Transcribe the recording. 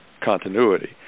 continuity